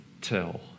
tell